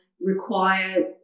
require